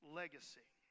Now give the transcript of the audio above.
legacy